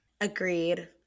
Agreed